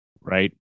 Right